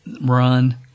run